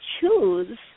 choose